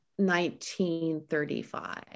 1935